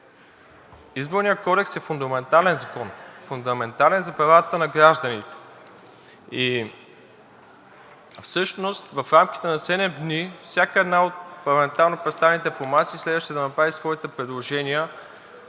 Изборният кодекс е фундаментален закон, фундаментален за правата на гражданите и всъщност в рамките на 7 дни всяка една от парламентарно представените формации следваше да направи своите предложения